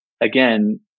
again